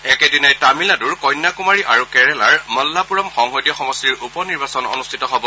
একেদিনাই তামিলনাডুৰ কন্যাকুমাৰী আৰু কেৰালাৰ মলাপ্পুৰম সংসদীয় সমষ্টিৰ উপনিৰ্বাচন অনুষ্ঠিত হ'ব